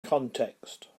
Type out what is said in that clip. context